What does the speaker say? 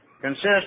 consists